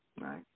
right